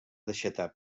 deixatar